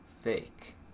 Fake